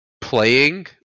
playing